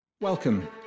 Welcome